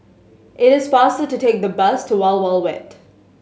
it is faster to take the bus to Wild Wild Wet